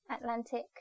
Atlantic